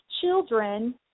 children